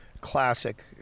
classic